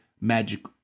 magic